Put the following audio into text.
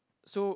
so